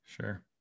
Sure